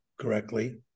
correctly